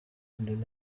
ntabwo